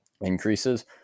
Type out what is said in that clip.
increases